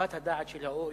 וחוות הדעת של ה-OECD.